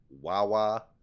Wawa